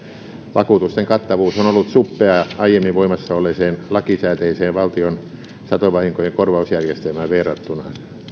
vakuutusten kattavuus on ollut suppea aiemmin voimassa olleeseen lakisääteiseen valtion satovahinkojen korvausjärjestelmään verrattuna